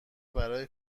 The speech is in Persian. برای